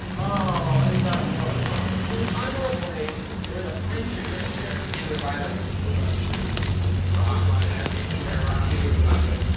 oh, ain't that a mother fucker. it was under a blaze, there was a pine tree right there, and it was by the the fuckin' creek. square rocks, why'd it have to be square rocks? you got it.